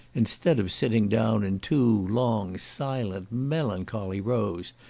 instead of sitting down in two long silent melancholy rows,